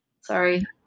Sorry